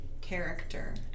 character